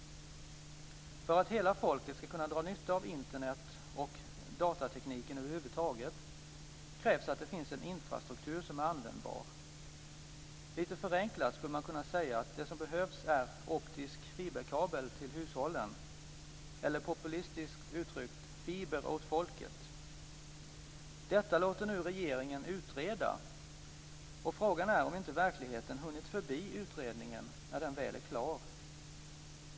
För att hela folket skall kunna dra nytta av Internet och datatekniken över huvud taget krävs det att det finns en infrastruktur som är användbar. Lite förenklat skulle man kunna säga att det som behövs är optisk fiberkabel till hushållen. Eller populistiskt uttryckt: Fiber åt folket! Detta låter nu regeringen utreda, och frågan är om inte verkligheten hunnit förbi utredningen när den väl är klar.